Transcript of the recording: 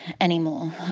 anymore